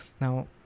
Now